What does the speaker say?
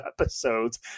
episodes